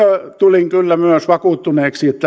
tulin kyllä myös vakuuttuneeksi